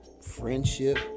friendship